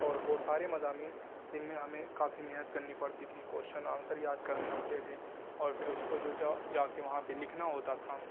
اور وہ سارے مضامین جن میں ہمیں کافی محنت کرنی پڑتی تھی کوشچن آنسر یاد کرنے ہوتے تھے اور پھر اس کو جو چاہو جا کے وہاں پہ لکھنا ہوتا تھا